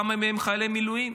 כמה מהם חיילי מילואים,